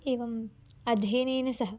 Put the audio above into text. एवम् अध्ययनेन सह